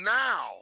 now